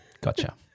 Gotcha